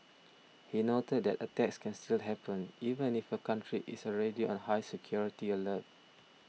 he noted that attacks can still happen even if a country is already on high security alert